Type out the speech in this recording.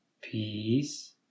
peace